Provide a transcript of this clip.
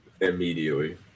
Immediately